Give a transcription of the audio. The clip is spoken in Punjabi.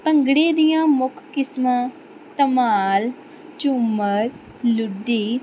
ਭੰਗੜੇ ਦੀਆਂ ਮੁੱਖ ਕਿਸਮਾਂ ਧਮਾਲ ਝੂਮਰ ਲੁੱਡੀ